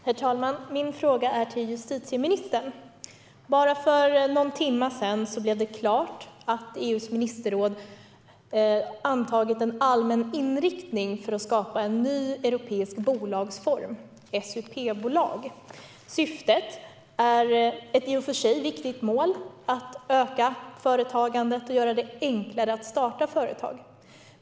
Herr talman! Min fråga är till justitieministern. För bara någon timme sedan blev det klart att EU:s ministerråd antagit en allmän inriktning för att skapa en ny europeisk bolagsform, SUP-bolag. Syftet är ett i och för sig viktigt mål, att öka företagandet och göra det enklare att starta företag.